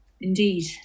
indeed